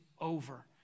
over